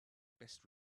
best